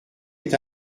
est